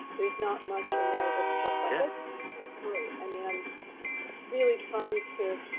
there's not much in there that's just like, i mean, i'm really trying to